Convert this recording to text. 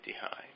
high